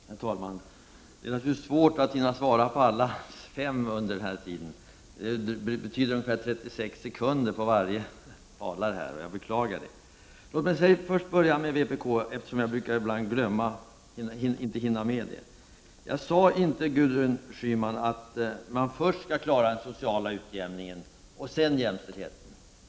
Herr talman! Det är naturligtvis svårt att hinna svara på fem talare under denna korta tid. Det betyder ungefär 36 sekunder för varje talare. Jag beklagar det. Låt mig först börja med vpk, eftersom jag ibland inte hinner med det partiet. Gudrun Schyman, jag sade inte att man först skall klara den sociala utjämningen och sedan jämställdheten.